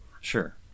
Sure